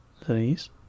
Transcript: Please